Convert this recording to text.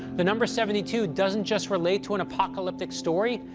the number seventy two doesn't just relate to an apocalyptic story,